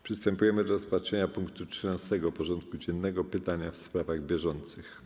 Przystępujemy do rozpatrzenia punktu 13. porządku dziennego: Pytania w sprawach bieżących.